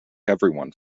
everyone